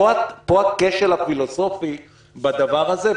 פה הכשל הפילוסופי בדבר הזה.